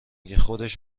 گه، خودش